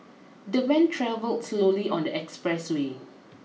the van travelled slowly on the expressway